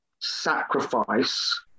sacrifice